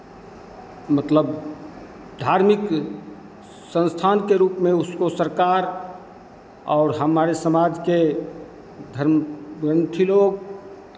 मतलब धार्मिक संस्थान के रूप में उसको सरकार और हमारे समाज के धर्म ग्रन्थि लोग